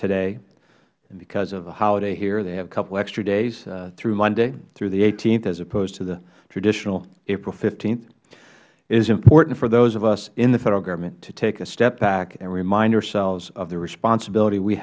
today because of a holiday here they have a couple of extra days through monday the th as opposed to the traditional april fifteen it is important for those of us in the federal government to take a step back and remind ourselves of the responsibility we